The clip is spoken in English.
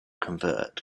convert